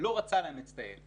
לא רצה לאמץ את הילד.